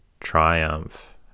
Triumph